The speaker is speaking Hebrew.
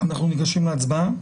אנחנו ניגשים להצבעה?